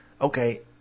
okay